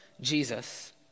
Jesus